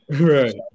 Right